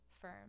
firm